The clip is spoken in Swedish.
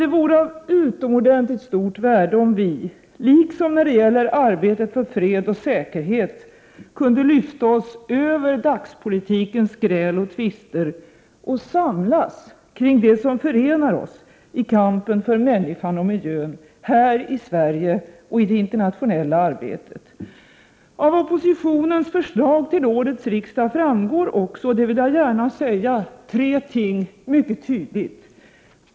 Det vore av utomordentligt värde om vi, liksom när det gäller arbetet för fred och säkerhet, kunde lyfta oss över dagspolitikens gräl och tvister och samlas kring det som förenar oss i kampen för människan och miljön — här i Sverige och i det internationella arbetet. Av oppositionens förslag till årets riksdag framgår också — det vill jag gärna säga — tre ting mycket tydligt: 1.